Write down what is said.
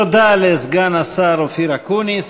תודה לסגן השר אופיר אקוניס.